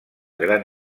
gran